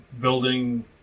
building